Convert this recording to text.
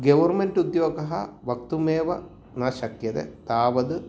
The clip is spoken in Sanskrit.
गौर्मेन्ट् उद्योगः वक्तुमेव न शक्यते तावद्